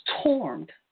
stormed